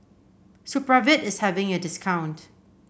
supravit is having a discount